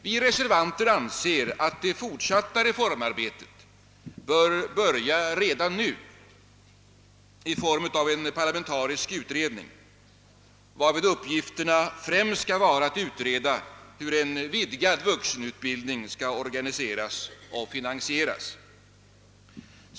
Vi reservanter anser att det fortsatta reformarbetet bör börja redan nu i form av en parlamentarisk utredning, varvid uppgiften främst skall vara att utreda hur en vidgad vuxenutbildning skall organiseras och finansieras.